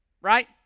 Right